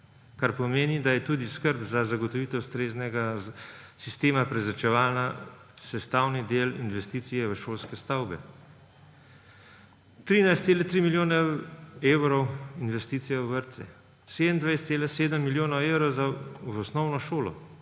kar pomeni, da je tudi skrb za zagotovitev ustreznega sistema prezračevanja sestavni del investicije v šolske stavbe. 13,3 milijone evrov investicije v vrtce, 27,7 milijonov evrov v osnovno šolo,